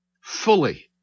fully